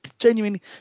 genuinely